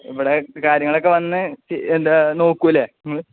ഇവിടെ കാര്യങ്ങളൊക്കെ വന്ന് എന്താണ് നോക്കില്ലേ നിങ്ങള്